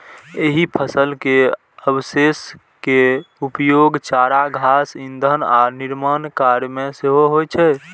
एहि फसल के अवशेष के उपयोग चारा, घास, ईंधन आ निर्माण कार्य मे सेहो होइ छै